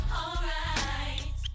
alright